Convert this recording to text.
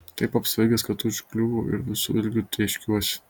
taip apsvaigęs kad užkliūvu ir visu ilgiu tėškiuosi